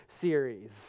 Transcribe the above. series